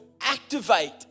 activate